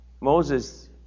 Moses